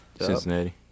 Cincinnati